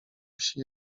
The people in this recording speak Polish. wsi